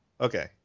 Okay